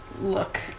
look